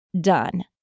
done